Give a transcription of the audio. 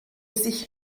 sich